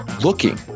looking